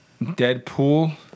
Deadpool